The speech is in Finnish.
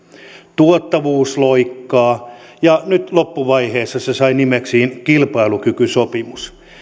tuottavuusloikkaa ja nyt loppuvaiheessa se sai nimeksi kilpailukykysopimus